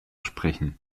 sprechen